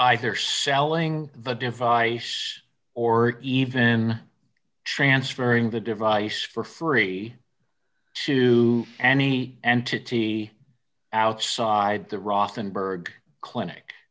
either selling the device or even transferring the device for free to any entity outside the rothenberg clinic